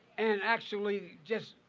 and actually just,